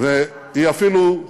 והיא אפילו מדהימה.